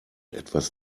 etwas